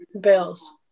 Bills